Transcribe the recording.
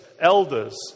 elders